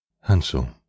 Hansel